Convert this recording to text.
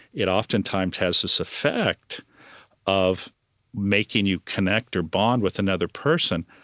it oftentimes has this effect of making you connect or bond with another person.